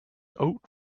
oat